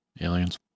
Aliens